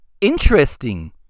interesting